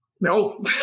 No